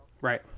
Right